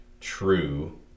true